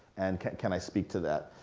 and can can i speak to that.